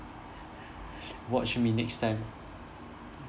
watch me next time